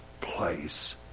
place